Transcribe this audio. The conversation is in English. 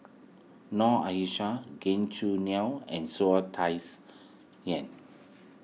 Noor Aishah Gan Choo Neo and saw a Tsai Yen